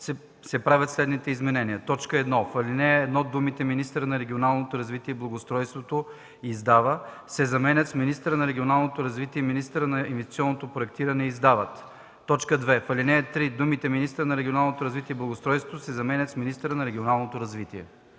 се правят следните изменения: 1. В ал. 1 думите „Министърът на регионалното развитие и благоустройството издава” се заменят с „Министърът на регионалното развитие и министърът на инвестиционното проектиране издават”. 2. В ал. 3 думите „министъра на регионалното развитие и благоустройството“ се заменят с „министъра на регионалното развитие”.